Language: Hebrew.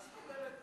מוותרת.